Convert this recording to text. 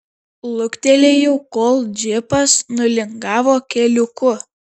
luktelėjau kol džipas nulingavo keliuku